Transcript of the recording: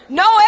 no